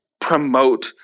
promote